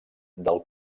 del